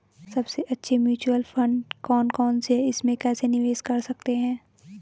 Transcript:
सबसे अच्छे mutual fund कौन कौनसे हैं इसमें कैसे निवेश कर सकते हैं?